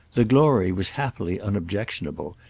the glory was happily unobjectionable,